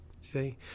see